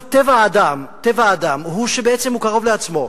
טבע האדם הוא שבעצם הוא קרוב לעצמו,